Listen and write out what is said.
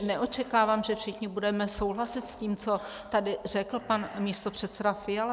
Neočekávám, že všichni budeme souhlasit s tím, co tady řekl pan místopředseda Fiala.